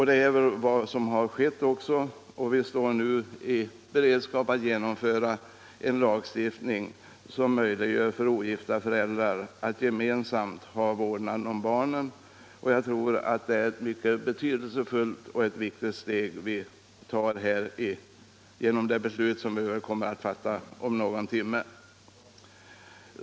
Det är också vad som skett, och vi står nu i beredskap att genomföra en 3 lagstiftning som möjliggör för ogifta föräldrar att gemensamt ha vårdnaden om barnen. Jag tror att det är ett mycket betydelsefullt och viktigt steg vi tar genom det beslut vi kommer att fatta om någon timme.